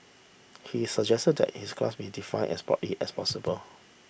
he suggested that this class be define as broadly as possible